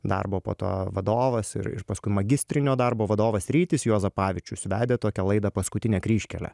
darbo po to vadovas ir ir paskui magistrinio darbo vadovas rytis juozapavičius vedė tokią laidą paskutinė kryžkelė